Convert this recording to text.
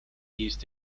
used